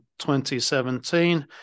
2017